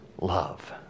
love